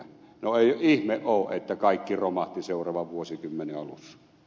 no ei ihme ole että kaikki romahti seuraavan vuosikymmenen alussa